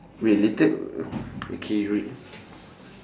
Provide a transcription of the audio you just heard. wait later o~ okay